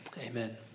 amen